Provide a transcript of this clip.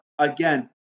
Again